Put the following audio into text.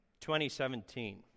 2017